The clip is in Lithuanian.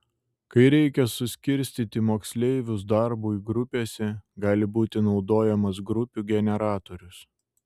kai reikia suskirstyti moksleivius darbui grupėse gali būti naudojamas grupių generatorius